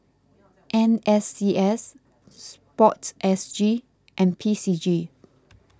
N S C S Sport S G and P C G